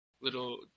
little